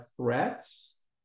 threats